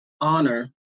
honor